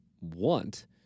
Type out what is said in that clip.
want